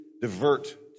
divert